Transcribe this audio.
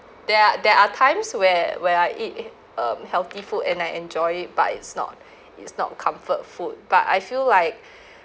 there are there are times where where I eat um healthy food and I enjoy it but it's not it's not comfort food but I feel like